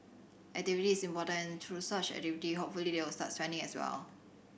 activity is important and through such activity hopefully they will start spending as well